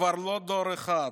כבר לא דור אחד,